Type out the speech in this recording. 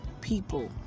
people